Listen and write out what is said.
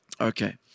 Okay